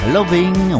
Loving